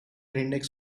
index